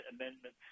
amendment